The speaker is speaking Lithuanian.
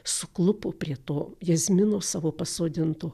suklupo prie to jazminų savo pasodintų